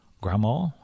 grandma